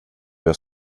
jag